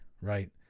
right